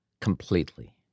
completely